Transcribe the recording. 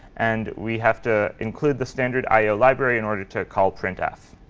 and we have to include the standard i o library in order to call printf.